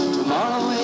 tomorrow